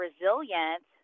resilient